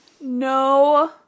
No